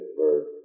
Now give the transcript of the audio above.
verse